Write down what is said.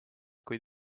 kuid